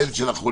בין של החולים,